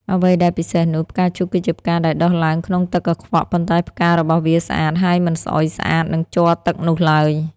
អ្វីដែលពិសេសនោះ ផ្កាឈូកគឺជាផ្កាដែលដុះឡើងក្នុងទឹកកខ្វក់ ប៉ុន្តែផ្ការបស់វាស្អាត ហើយមិនស្អុយស្អាតនឹងជ័រទឹកនោះឡើយ។